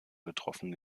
betroffen